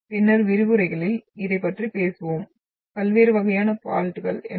பின்வரும் விரிவுரைகளில் இதைப் பற்றி பேசுவோம் பல்வேறு வகையான பால்ட்கள் என்ன